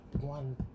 one